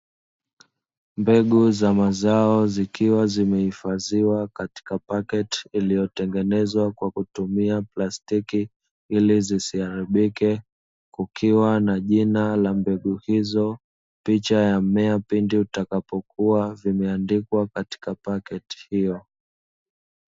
Mbegu za mazao zikiwa zimehifadhiwa katika pakiti iliyotengenezwa kwa kutumia plastiki ili zisiharibike. Kukiwa na jina la mbegu hizo picha ya mmea pindi utakapo kua zimeandikwa katika pakiti hiyo.